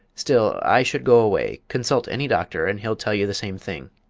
still, i should go away. consult any doctor, and he'll tell you the same thing.